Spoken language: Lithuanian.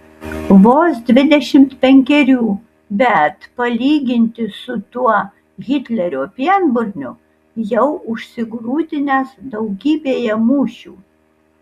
vos dvidešimt penkerių bet palyginti su tuo hitlerio pienburniu jau užsigrūdinęs daugybėje mūšių